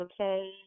okay